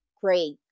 Great